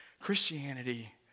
Christianity